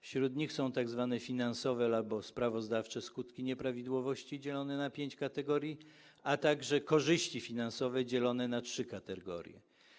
Wśród nich są tzw. finansowe albo sprawozdawcze skutki nieprawidłowości, dzielone na pięć kategorii, a także korzyści finansowe, dzielone na trzy kategorie.